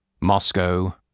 Moscow